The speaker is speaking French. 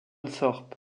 thorpe